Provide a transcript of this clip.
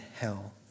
hell